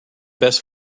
best